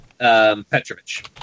Petrovich